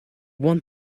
want